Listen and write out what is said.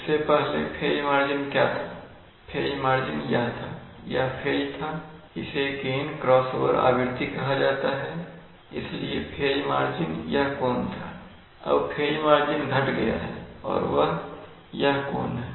इससे पहले phase margin क्या था फैज मार्जिन यह था यह फेज था इसे गेन क्रॉस ओवर आवृत्ति कहा जाता हैइसलिए फेज मार्जिन यह कोण था अब फेज मार्जिन घट गया है और वह यह कोण है